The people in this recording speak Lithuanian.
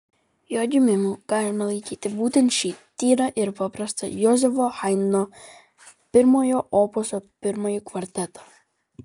jo gimimu galima laikyti būtent šį tyrą ir paprastą jozefo haidno pirmojo opuso pirmąjį kvartetą